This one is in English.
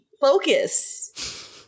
focus